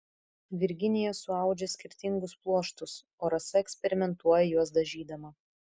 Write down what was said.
virginija suaudžia skirtingus pluoštus o rasa eksperimentuoja juos dažydama